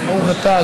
בבקשה.